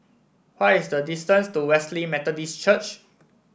what is the distance to Wesley Methodist Church